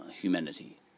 humanity